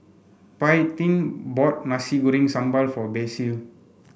Paityn bought Nasi Goreng Sambal for Basil